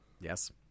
Yes